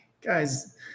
guys